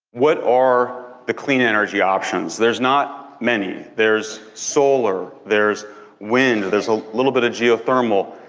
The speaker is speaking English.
what are the clean energy options? there's not many. there's solar, there's wind, there's a little bit of geothermal,